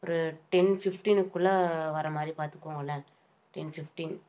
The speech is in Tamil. ஒரு டென் ஃபிஃப்டின்க்குள்ளே வர்றமாதிரி பார்த்துகோங்களேன் டென் ஃபிஃப்டின்